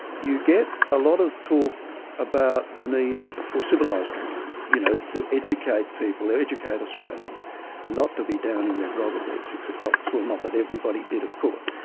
you get a lot of talk about the need for civilised drinking, you know, to educate people, educate australians not to be downing their grog at the six o'clock swill, not that everybody did of course,